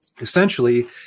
essentially